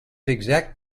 exact